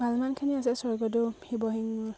ভালমানখিনি আছে স্বৰ্গদেউ শিৱসিংহ